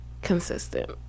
consistent